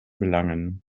gelangen